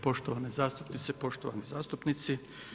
Poštovane zastupnice, poštovani zastupnici.